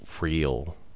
real